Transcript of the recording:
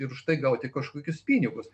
ir už tai gauti kažkokius pinigus